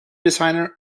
designer